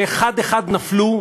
שאחד-אחד נפלו,